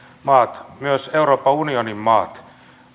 maat myös euroopan unionin maat